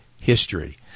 History